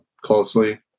closely